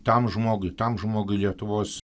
tam žmogui tam žmogui lietuvos